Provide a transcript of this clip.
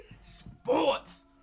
sports